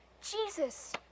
Jesus